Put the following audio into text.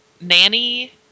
nanny